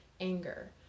anger